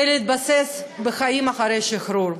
כדי להתבסס בחיים אחרי השחרור.